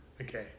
Okay